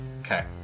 Okay